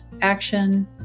action